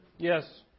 Yes